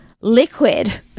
liquid